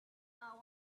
are